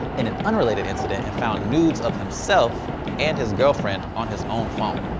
in an unrelated incident, and found nudes of himself and his girlfriend on his own phone.